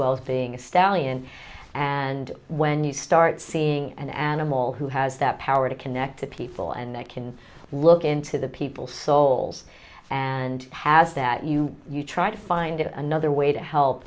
well as being a stallion and when you start seeing an animal who has that power to connect to people and can look into the people souls and has that you you try to find it another way to help